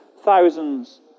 thousands